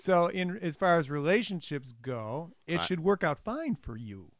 in as far as relationships go it should work out fine for you